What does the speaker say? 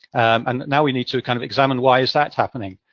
and now we need to kind of examine why is that happening.